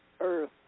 Earth